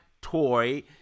toy